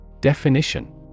Definition